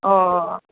हय